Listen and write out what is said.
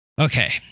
Okay